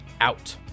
out